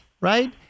right